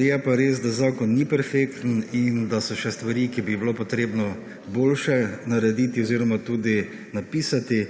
je pa res, da zakon ni perfekten in da so še stvari, ki bi jih bilo potrebno boljše narediti oziroma tudi napisati,